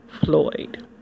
Floyd